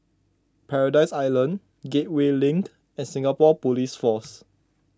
Paradise Island Gateway Link and Singapore Police Force